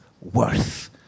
worth